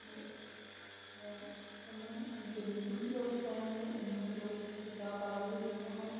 ते कन्नै गरीबी ही उस टाइम ते इन्ना लोकें किसा पता बी नी ऐ हा